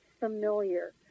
familiar